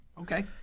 Okay